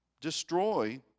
destroy